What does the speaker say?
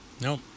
No